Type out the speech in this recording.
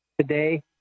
Today